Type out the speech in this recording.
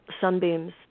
sunbeams